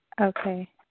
Okay